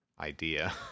idea